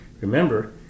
remember